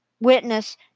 witness